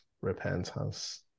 repentance